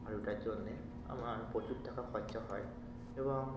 আর ওটার জন্যে আমার প্রচুর টাকা খচ্চা হয় এবং